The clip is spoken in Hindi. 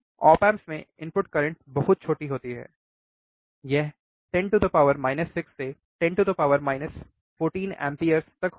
ऑप एम्प में इनपुट करंट बहुत छोटी होती हैं 10 6 से 10 14 एम्पियर तक